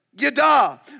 Yada